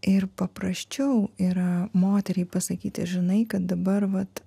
ir paprasčiau yra moteriai pasakyti žinai kad dabar vat